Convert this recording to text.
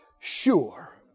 Sure